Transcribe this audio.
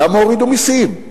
למה הורידו מסים.